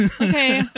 Okay